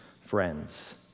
friends